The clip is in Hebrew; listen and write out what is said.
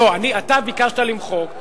לא ביקשתי למחוק,